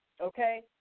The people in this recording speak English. okay